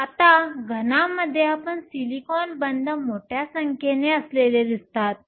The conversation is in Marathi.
आता घनामध्ये या सिलिकॉन बंध मोठ्या संख्येने असलेले दिसतात